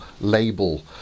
label